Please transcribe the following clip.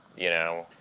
you know?